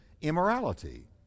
immorality